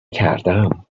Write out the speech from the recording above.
کردم